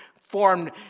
formed